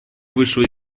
вышла